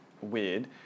weird